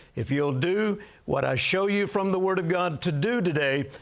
if you'll do what i show you from the word of god to do today,